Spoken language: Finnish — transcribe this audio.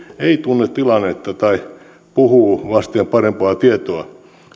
ei tunne tilannetta tai puhuu vasten parempaa tietoa